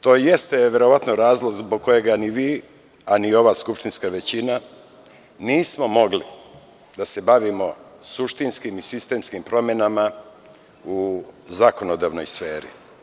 To jeste verovatno razlog zbog kojeg ni vi, a ni ova skupštinska većina, nismo mogli da se bavimo suštinskim i sistemskim promenama u zakonodavnoj sferi.